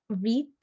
read